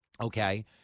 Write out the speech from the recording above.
Okay